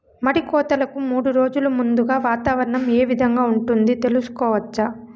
మడి కోతలకు మూడు రోజులు ముందుగా వాతావరణం ఏ విధంగా ఉంటుంది, తెలుసుకోవచ్చా?